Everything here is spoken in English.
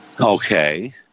Okay